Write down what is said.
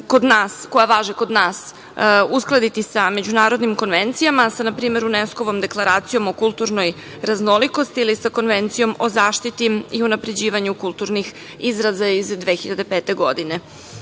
koja važe kod nas, uskladiti sa međunarodnim konvencijama, na primer, sa UNESKO-vom Deklaracijom o kulturnoj raznolikosti ili sa Konvencijom o zaštiti i unapređivanju kulturnih izraza iz 2005. godine. Ovo